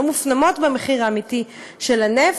לא מופנמות במחיר האמיתי של הנפט.